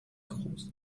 groß